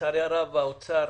לצערי הרב האוצר,